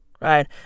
right